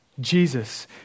Jesus